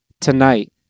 tonight